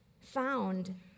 found